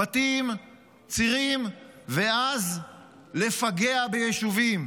בתים וצירים ואז לפגע ביישובים,